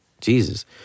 Jesus